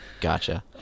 Gotcha